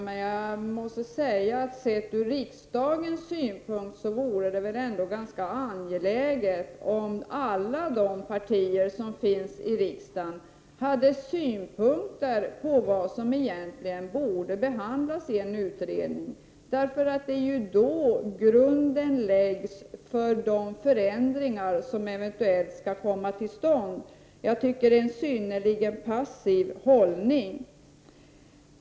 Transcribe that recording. Men sett ur riksdagens synvinkel vore det väl ändå angeläget om alla de partier som finns i riksdagen har synpunkter på vad som egentligen borde behandlas i en utredning. Det är då grunden läggs för de förändringar som eventuellt skall komma till stånd. Jag tycker att det är en synnerligen passiv hållning.